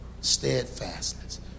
steadfastness